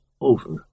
over